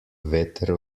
veter